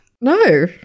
No